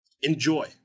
enjoy